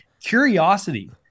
curiosity